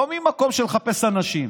לא ממקום של לחפש אנשים,